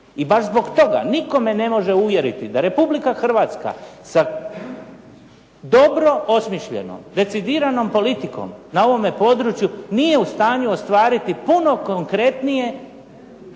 I baš zbog toga nitko me ne može uvjeriti da Republika Hrvatska sa dobro osmišljeno decidiranom politikom na ovome području nije u stanju ostvariti puno konkretnije,